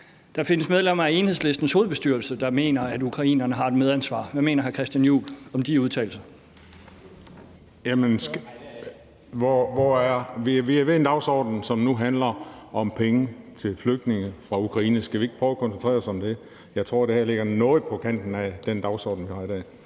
Der findes medlemmer af Enhedslistens hovedbestyrelse, der mener, at ukrainerne har et medansvar. Hvad mener hr. Christian Juhl om de udtalelser? Kl. 13:59 Formanden (Henrik Dam Kristensen): Ordføreren. Kl. 13:59 Christian Juhl (EL): Vi er nu ved en dagsorden, som handler om penge til flygtninge fra Ukraine. Skal vi ikke prøve at koncentrere os om det? Jeg tror, det her ligger noget på kanten af den dagsorden, vi har i dag.